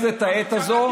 אתם כל הזמן